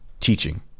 Teaching